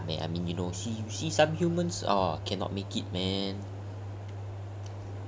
ya man I mean you know ah see some humans cannot make it man